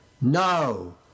No